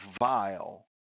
vile